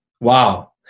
Wow